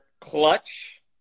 Clutch